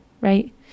right